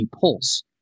pulse